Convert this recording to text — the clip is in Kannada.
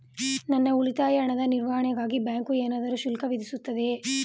ನನ್ನ ಉಳಿತಾಯ ಹಣದ ನಿರ್ವಹಣೆಗಾಗಿ ಬ್ಯಾಂಕು ಏನಾದರೂ ಶುಲ್ಕ ವಿಧಿಸುತ್ತದೆಯೇ?